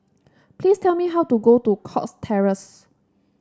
please tell me how to go to Cox Terrace